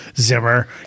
Zimmer